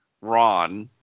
Ron